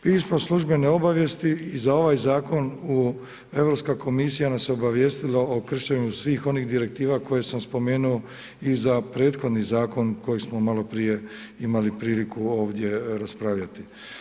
Pismo službene obavijesti i za ovaj zakon Europska komisija nas je obavijestila o kršenju svih onih direktiva koje sam spomenuo i za prethodni zakon kojeg smo maloprije imali priliku ovdje raspravljati.